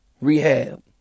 rehab